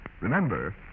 Remember